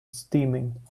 steaming